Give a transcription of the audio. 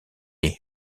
les